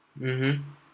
mmhmm